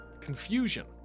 confusion